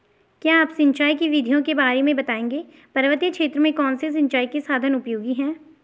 क्या आप सिंचाई की विधियों के बारे में बताएंगे पर्वतीय क्षेत्रों में कौन से सिंचाई के साधन उपयोगी हैं?